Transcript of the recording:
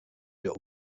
der